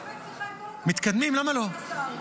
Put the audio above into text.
באמת, סליחה, עם כל הכבוד --- מתקדמים,